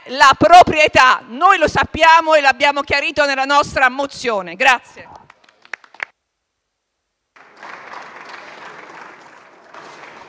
Noi lo sappiamo e l'abbiamo chiarito nella nostra mozione.